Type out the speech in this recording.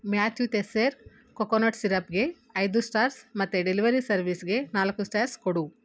Matthew Tesser coconut ಸಿರಪ್ಗೆ ಐದು stars ಮತ್ತು ಡೆಲಿವರಿ ಸರ್ವಿಸ್ಗೆ ನಾಲ್ಕು ಸ್ಟಾರ್ಸ್ ಕೊಡು